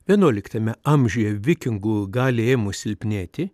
vienuoliktame amžiuje vikingų galiai ėmus silpnėti